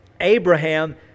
Abraham